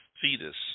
fetus